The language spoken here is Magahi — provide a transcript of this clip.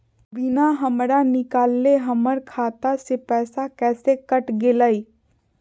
बिना हमरा निकालले, हमर खाता से पैसा कैसे कट गेलई?